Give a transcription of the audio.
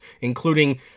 including